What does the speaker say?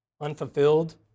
unfulfilled